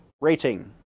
rating